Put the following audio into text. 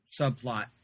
subplot